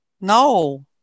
No